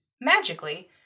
Magically